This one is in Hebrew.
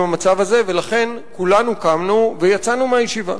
המצב הזה ולכן כולנו קמנו ויצאנו מהישיבה.